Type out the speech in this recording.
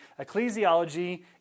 Ecclesiology